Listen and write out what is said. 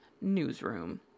Newsroom